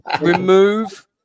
Remove